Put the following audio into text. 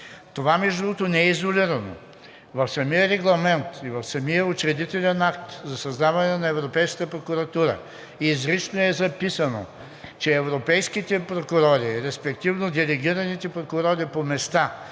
Това, между другото, не е изолирано. В самия Регламент и в самия учредителен акт за създаване на Европейската прокуратура изрично е записано, че европейските прокурори, респективно делегираните прокурори по места,